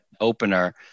opener